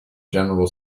general